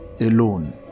alone